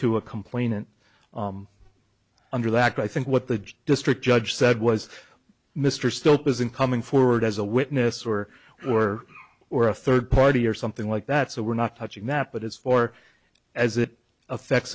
to a complainant under the act i think what the district judge said was mr stilt was in coming forward as a witness or were or a third party or something like that so we're not touching that but as far as it affects